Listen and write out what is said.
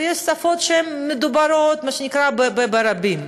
ויש שפות שמדוברות ברבים,